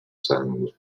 sangue